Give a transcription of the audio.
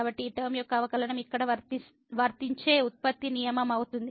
కాబట్టి ఈ టర్మ యొక్క అవకలనం ఇక్కడ వర్తించే ఉత్పత్తి నియమం అవుతుంది